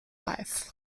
life